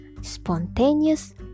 spontaneous